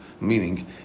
Meaning